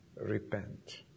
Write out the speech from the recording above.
repent